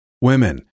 Women